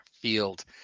field